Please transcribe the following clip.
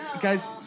Guys